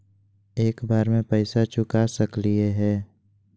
एक बार में पैसा चुका सकालिए है?